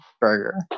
burger